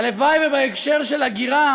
הלוואי שבהקשר של הגירה